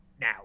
Now